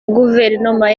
guverinoma